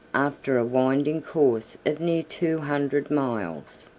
after a winding course of near two hundred miles.